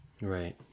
Right